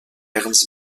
ernst